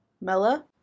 Mella